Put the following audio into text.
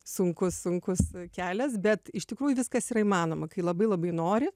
sunkus sunkus kelias bet iš tikrųjų viskas yra įmanoma kai labai labai nori